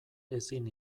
ezin